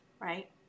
right